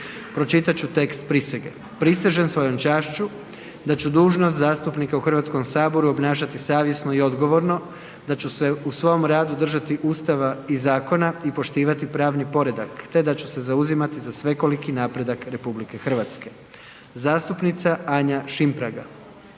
Pročitat ću tekst prisege: „Prisežem svojom čašću da ću dužnost zastupnika u Hrvatskom saboru obnašati savjesno i odgovorno, da ću se u svom radu držati Ustava i zakona i poštivati pravni predak te da ću se zauzimati za svekoliki napredak RH.“ Zastupnica Anja Šimpraga.